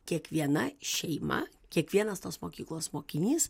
kiekviena šeima kiekvienas tos mokyklos mokinys